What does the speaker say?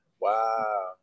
wow